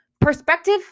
Perspective